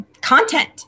content